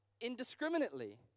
indiscriminately